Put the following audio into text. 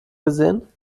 gesehen